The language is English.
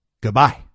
goodbye